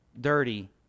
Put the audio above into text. dirty